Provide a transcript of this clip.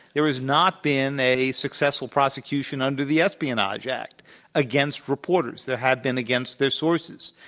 there has not been a successful prosecution under the espionage act against reporters. there have been against their sources.